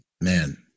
Man